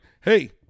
hey